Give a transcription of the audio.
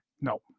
No